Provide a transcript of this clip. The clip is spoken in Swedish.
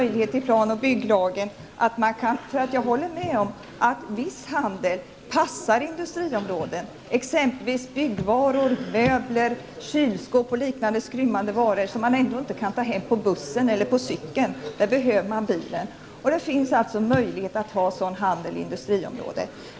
Jag håller med om att viss handel passar industriområden, exempelvis handel med byggvaror, möbler, kylskåp och liknande skrymmande varor, som man ändå inte kan ta hem på bussen eller på cykeln. Där behöver man bilen. Det finns alltså möjlighet att ha sådan handel i industriområden.